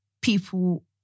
people